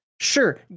sure